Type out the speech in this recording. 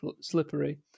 slippery